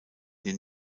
den